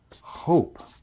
hope